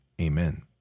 Amen